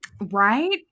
Right